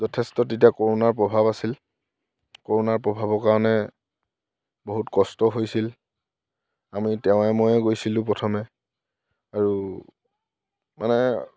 যথেষ্ট তেতিয়া কৰোণাৰ প্ৰভাৱ আছিল কৰোণাৰ প্ৰভাৱৰ কাৰণে বহুত কষ্ট হৈছিল আমি তেওঁৱে ময়ে গৈছিলোঁ প্ৰথমে আৰু মানে